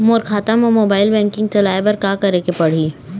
मोर खाता मा mobile banking चलाए बर का करेक पड़ही?